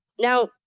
Now